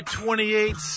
28